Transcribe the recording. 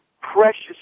precious